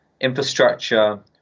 infrastructure